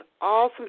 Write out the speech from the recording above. awesome